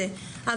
ואנחנו רואים,